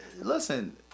listen